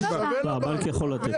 הבנק יכול לתת.